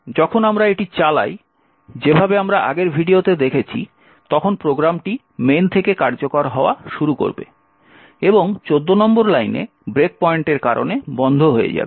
এখন যখন আমরা এটি চালাই যেভাবে আমরা আগের ভিডিওতে দেখেছি তখন প্রোগ্রামটি main থেকে কার্যকর হওয়া শুরু করবে এবং 14 নম্বর লাইনে ব্রেক পয়েন্টের কারণে বন্ধ হয়ে যাবে